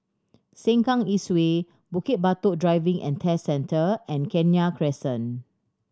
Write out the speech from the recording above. Sengkang East Way Bukit Batok Driving and Test Centre and Kenya Crescent